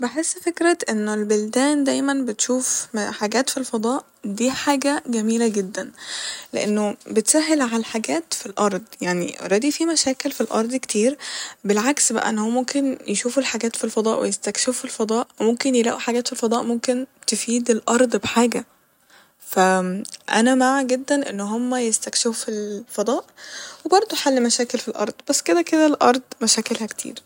بحس فكرة إنو البلدان دايما بتشوف م حاجات ف الفضاء دي حاجة جميلة جدا لإنه بتسهل ع الحاجات ف الارض يعني اوريدي في مشاكل ف الارض كتير بالعكس بقى ان هو ممكن يشوفو الحاجات ف الفضاء ويستكشفو الفضاء وممكن يلاقو حاجات ف الفضاء ممكن تفيد الأرض بحاجة ف أنا مع جدا ان هما يستكشفو فالفضاء وبرضه حل مشاكل ف الارض بس كده كده الارض مشاكلها كتير